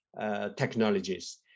technologies